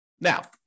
Now